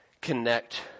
connect